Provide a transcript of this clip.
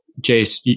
Jace